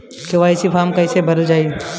KYC form कइसे भरल जाइ?